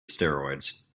steroids